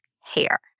hair